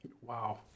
Wow